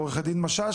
עורכת הדין משש,